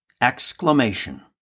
Exclamation